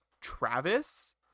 Travis